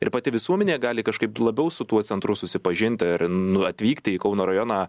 ir pati visuomenė gali kažkaip labiau su tuo centru susipažinti ir nu atvykti į kauno rajoną